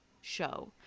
show